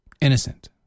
innocent